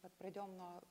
vat pradėjom nuo